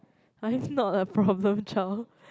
I'm not a problem child